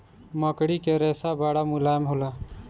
मकड़ी के रेशा बड़ा मुलायम होला